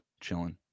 chilling